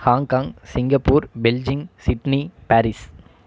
Hong Kong Singapore Beijing Sydney Paris